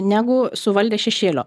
negu suvaldė šešėlio